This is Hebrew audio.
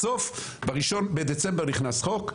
בסוף ב-1 בדצמבר נכנס חוק.